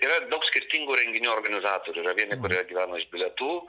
yra daug skirtingų renginių organizatorių yra vieni kurie gyvena iš bilietų